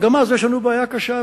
אבל גם אז יש לנו בעיה קשה,